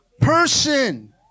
person